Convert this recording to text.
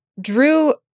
Drew